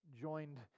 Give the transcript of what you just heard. joined